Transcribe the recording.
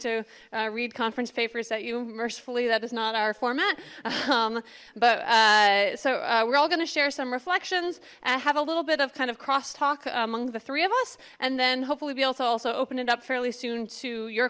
to read conference papers that you mercifully that is not our format um but so we're all going to share some reflections and have a little bit of kind of cross talk among the three of us and then hopefully be also also open it up fairly soon to your